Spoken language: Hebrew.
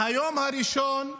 מהיום הראשון,